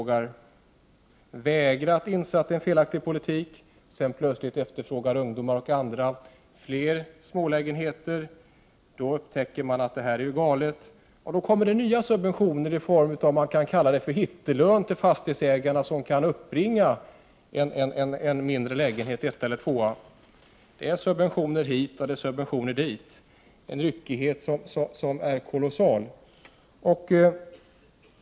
Man har vägrat inse att det är en felaktig politik. När sedan ungdomar och andra efterfrågar fler smålägenheter, då upptäcker man att det här är galet och kommer med nya subventioner i form av något som kan kallas för hittelön till fastighetsägare som kan uppbringa en mindre lägenhet, en etta eller en tvåa. Det är subventioner hit och subventioner dit och en ryckighet som är kolossal.